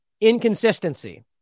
Inconsistency